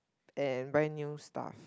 and buy new stuff